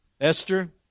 Esther